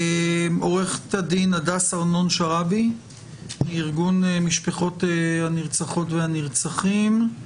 עו"ד הדס ארנון-שרעבי מארגון משפחות הנרצחות והנרצחים.